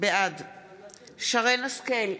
בעד שרן מרים השכל,